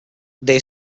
they